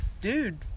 dude